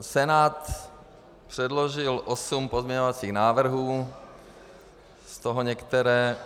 Senát předložil osm pozměňovacích návrhů, z toho některé